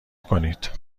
کنید